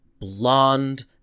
blonde